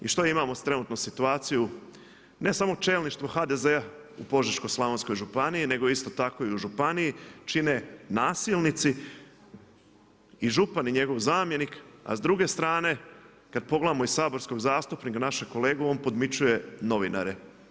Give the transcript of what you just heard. I što imamo trenutno situaciju, ne samo čelništvo HDZ-a u Požeško-slavonskoj županiji nego isto tako i u županiji čine nasilnici i župan i njegov zamjenik, a s druge strane kada pogledamo i saborskog zastupnika našeg kolegu on podmićuje novinare.